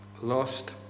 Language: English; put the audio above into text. lost